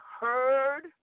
heard